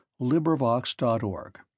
LibriVox.org